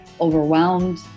overwhelmed